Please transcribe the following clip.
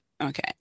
Okay